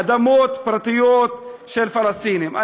אדמות פרטיות של פלסטינים.